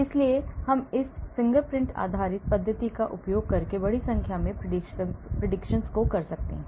इसलिए हम इस फिंगरप्रिंट आधारित पद्धति का उपयोग करके बड़ी संख्या में predictions को कर सकते हैं